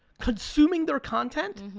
consuming their content,